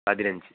പതിനഞ്ച്